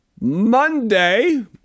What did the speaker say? Monday